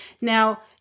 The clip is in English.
Now